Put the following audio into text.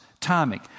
timing